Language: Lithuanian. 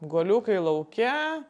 guoliukai lauke